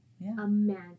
imagine